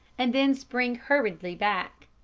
and then spring hurriedly back,